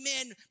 amen